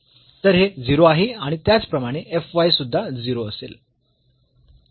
तर हे 0 आहे आणि त्याचप्रमाणे f y सुध्दा 0 असेल